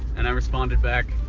and i responded back,